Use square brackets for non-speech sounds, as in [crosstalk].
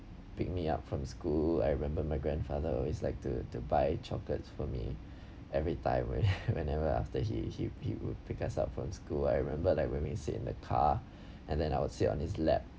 pick me up from school I remember my grandfather always like to to buy chocolates for me every time when [laughs] whenever after he he would pick us up from school I remember like when we sit in the car and then I will sit on his lap